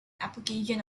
application